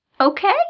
Okay